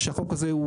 זה וולונטרי.